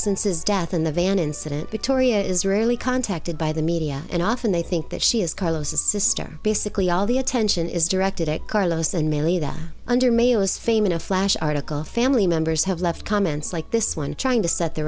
since his death in the van incident the tory is rarely contacted by the media and often they think that she is carlos's sister basically all the attention is directed at carlos and mainly that under male his fame in a flash article family members have left comments like this one trying to set the